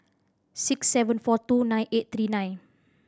six seven four two nine eight three nine